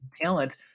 talent